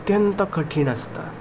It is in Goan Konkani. अत्यंत कठीण आसता